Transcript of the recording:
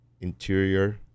interior